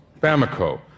Bamako